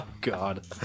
God